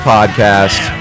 Podcast